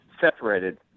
separated